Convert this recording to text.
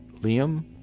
Liam